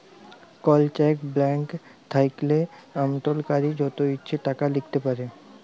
call cheque blank থ্যাইকলে আমালতকারী যত ইছে টাকা লিখতে পারে